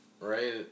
right